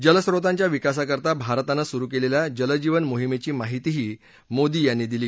जलस्रोतांच्या विकासाकरता भारतानं सुरु केलेल्या जलजीवन मोहिनेची माहितीही मोदी यांनी दिली